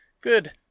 Good